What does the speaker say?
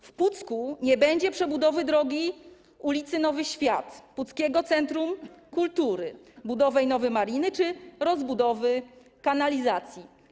W Pucku nie będzie przebudowy ul. Nowy Świat, puckiego centrum kultury, budowy nowej mariny czy rozbudowy kanalizacji.